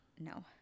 No